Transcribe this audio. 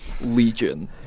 Legion